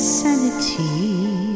sanity